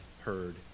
heard